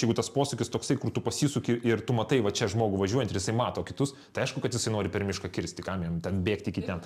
jeigu tas posūkis toksai kur tu pasisuki ir tu matai va čia žmogų važiuojantį ir jisai mato kitus tai aišku kad jisai nori per mišką kirsti kam jiem ten bėgti iki ten